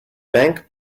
bank